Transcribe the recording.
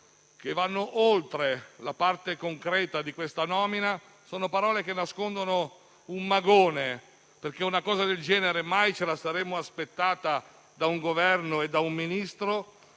che vanno oltre la parte concreta della nomina, nascondono un magone, perché una cosa del genere mai ce la saremmo aspettata da un Governo e da un Ministro.